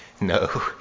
No